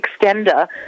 extender